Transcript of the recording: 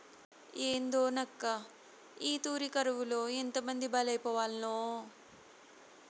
ఏందోనక్కా, ఈ తూరి కరువులో ఎంతమంది బలైపోవాల్నో